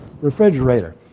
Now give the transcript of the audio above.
refrigerator